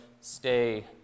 stay